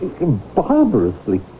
barbarously